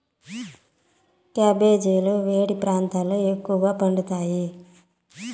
క్యాబెజీలు వేడి ప్రాంతాలలో ఎక్కువగా పండుతాయి